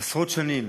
עשרות שנים